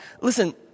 Listen